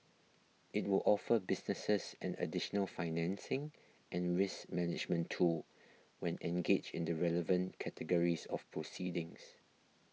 it will offer businesses an additional financing and risk management tool when engaged in the relevant categories of proceedings